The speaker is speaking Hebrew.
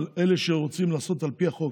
אבל אלה שרוצים לעשות על פי החוק,